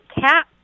cat